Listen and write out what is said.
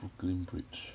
brooklyn bridge